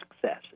success